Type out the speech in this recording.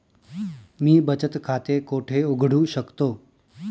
मी बचत खाते कोठे उघडू शकतो?